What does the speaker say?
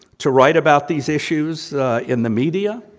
to write about these issues in the media,